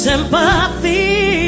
Sympathy